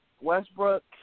Westbrook